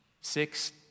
Six